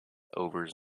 overs